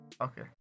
Okay